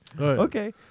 Okay